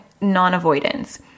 non-avoidance